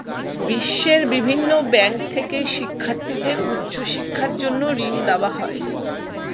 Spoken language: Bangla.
বিশ্বের বিভিন্ন ব্যাংক থেকে শিক্ষার্থীদের উচ্চ শিক্ষার জন্য ঋণ দেওয়া হয়